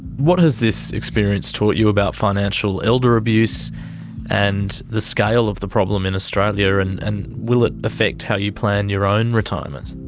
what has this experience taught you about financial elder abuse and the scale of the problem in australia and and will it affect how you plan your own retirement?